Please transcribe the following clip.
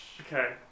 Okay